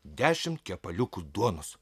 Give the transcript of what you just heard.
dešim kepaliukų duonos